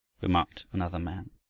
remarked another man.